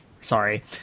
sorry